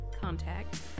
contact